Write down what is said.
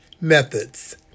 methods